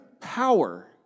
power